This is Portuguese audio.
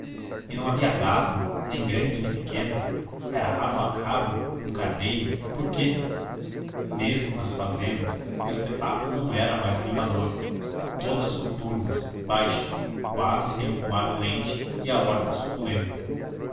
e não havia gado nem grande nem pequeno era raro uma cabra um carneiro por quê mesmo nas fazendas o espetáculo não era mais animador todas soturnas baixas quase sem o pomar olente e a horta suculenta